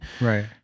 Right